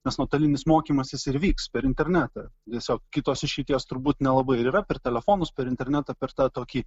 nes nuotolinis mokymasis ir vyks per internetą tiesiog kitos išeities turbūt nelabai ir yra per telefonus per internetą per tą tokį